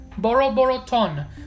Boroboroton